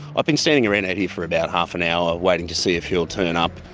i've been standing around out here for about half an hour, waiting to see if he'll turn up,